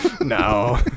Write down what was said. No